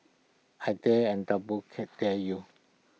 I dare and double dare you